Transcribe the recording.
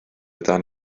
dan